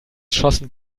schossen